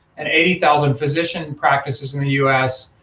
and eighty thousand physician and practices in the u s,